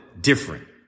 different